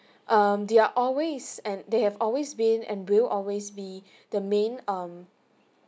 um they are always and they have always been and will always be the main